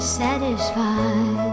satisfied